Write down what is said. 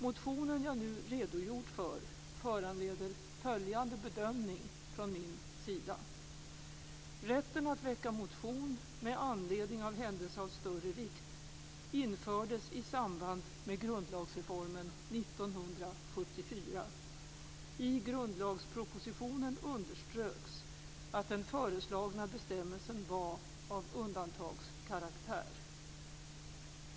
Motionen jag nu redogjort för föranleder följande bedömning från min sida. Rätten att väcka motion med anledning av händelse av större vikt infördes i samband med grundlagsreformen 1974. I grundlagspropositionen underströks att den föreslagna bestämmelsen var av undantagskaraktär.